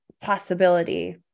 possibility